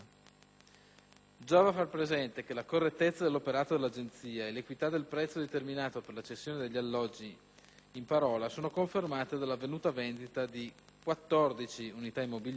Giova far presente che la correttezza dell'operato dell'Agenzia e l'equità del prezzo determinato per la cessione degli alloggi in parola sono confermate dall'avvenuta vendita di 14 unità immobiliari